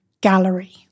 gallery